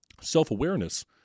Self-awareness